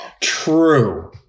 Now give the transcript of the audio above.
True